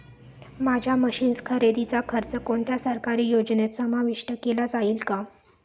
माझ्या मशीन्स खरेदीचा खर्च कोणत्या सरकारी योजनेत समाविष्ट केला जाईल का?